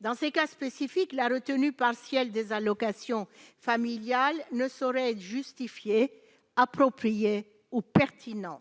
Dans ces cas spécifiques, la retenue partielle des allocations familiales ne saurait être justifiée appropriée au pertinente